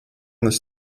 this